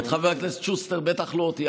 חבר הכנסת שוסטר, בטח לא אותי.